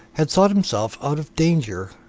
had thought himself out of danger,